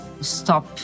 stop